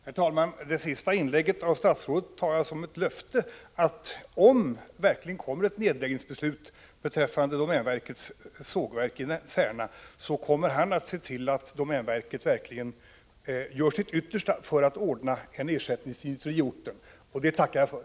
Herr talman! Statsrådets senaste inlägg tar jag som ett löfte att om det fattas ett nedläggningsbeslut beträffande Domänverkets sågverk i Särna, kommer han att se till att Domänverket gör sitt yttersta för att ordna en ersättningsindustri i orten. Det tackar jag för.